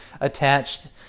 attached